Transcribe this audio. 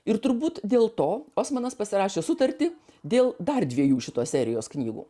ir turbūt dėl to osmanas pasirašė sutartį dėl dar dviejų šitos serijos knygų